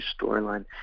storyline